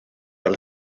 fel